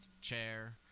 chair